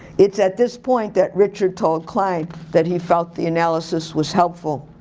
it's at this point that richard told klein that he felt the analysis was helpful.